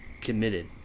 committed